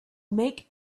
make